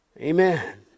Amen